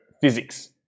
physics